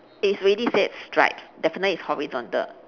it is already say stripes definitely is horizontal